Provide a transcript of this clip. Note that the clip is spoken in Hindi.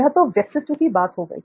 यह तो व्यक्तित्व की बात हो गई